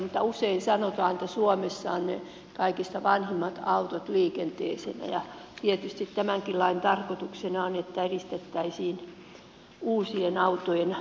usein sanotaan että suomessa on kaikista vanhimmat autot liikenteessä ja tietysti tämänkin lain tarkoituksena on että edistettäisiin uu sien autojen tuloa maahamme